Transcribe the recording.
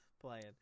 playing